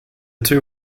two